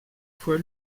fois